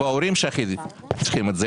ושההורים שלהם הכי צריכים את זה.